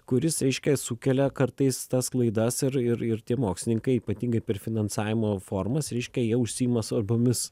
kuris reiškia sukelia kartais tas klaidas ir ir ir tie mokslininkai ypatingai per finansavimo formas reiškia jie užsiima svarbomis